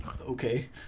okay